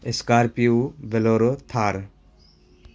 scorpio bolero Thar